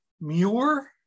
Muir